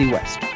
West